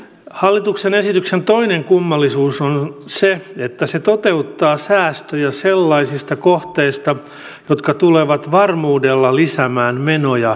hallituksen esityksen toinen kummallisuus on se että se toteuttaa säästöjä sellaisista kohteista jotka tulevat varmuudella lisäämään menoja säästöjen sijaan